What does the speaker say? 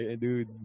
dude